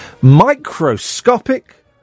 Microscopic